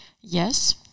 Yes